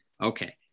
Okay